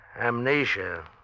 Amnesia